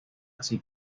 así